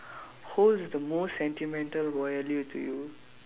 holds the most sentimental value to you